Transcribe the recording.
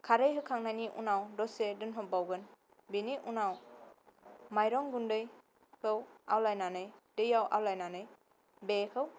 खारै होखांनायनि उनाव दसे दोनहाब बावगोन बेनि उनाव मायरं गुन्दैखौ आवलायनानै दैयाव आवलायनानै बेखौ